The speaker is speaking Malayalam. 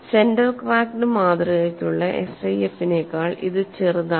സെന്റർ ക്രാക്ക്ഡ് മാതൃകയ്ക്കുള്ള SIF നെക്കാൾ ഇത് ചെറുതാണ്